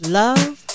love